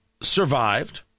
survived